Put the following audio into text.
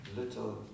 little